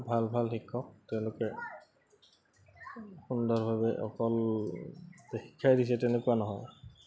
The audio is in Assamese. ভাল ভাল শিক্ষক তেওঁলোকে সুন্দৰভাৱে অকল শিক্ষাই দিছে তেনেকুৱা নহয়